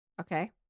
Okay